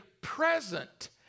present